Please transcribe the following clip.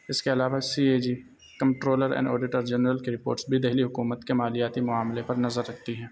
اس کے علاوہ C A G controller and auditor general کے رپورٹس بھی دہلی حکومت کے مالیاتی معاملے پر نظر رکھتی ہیں